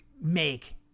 make